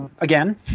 again